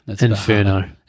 Inferno